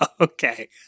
Okay